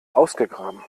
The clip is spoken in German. ausgegraben